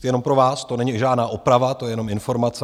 Jenom pro vás, to není žádná oprava, to jenom informace.